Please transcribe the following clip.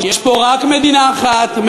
יש פה רק מדינה אחת,